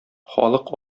халык